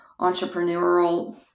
entrepreneurial